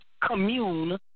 commune